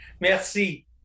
Merci